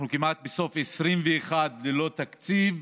אנחנו כמעט בסוף 2021 ללא תקציב,